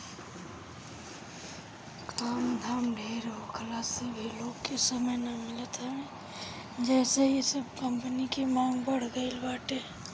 काम धाम ढेर होखला से भी लोग के समय ना मिलत हवे जेसे इ सब कंपनी के मांग बढ़ गईल बाटे